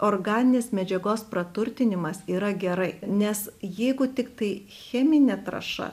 organinės medžiagos praturtinimas yra gerai nes jeigu tiktai cheminė trąša